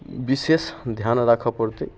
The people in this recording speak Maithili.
विशेष ध्यान राखऽ पड़तै